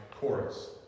chorus